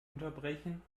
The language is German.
unterbrechen